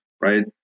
right